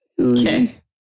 Okay